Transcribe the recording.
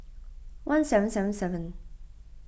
one seven seven seven